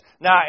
Now